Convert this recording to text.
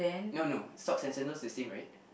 no no socks and sandals the same right